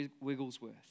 Wigglesworth